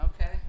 okay